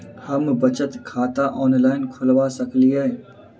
हम बचत खाता ऑनलाइन खोलबा सकलिये?